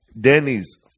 Denny's